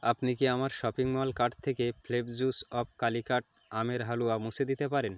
আপনি কি আমার শপিং মল কার্ট থেকে ফ্লেভজুস অফ কালিকট আমের হালুয়া মুছে দিতে পারেন